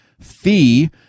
fee